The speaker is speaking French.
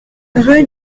rue